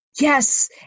Yes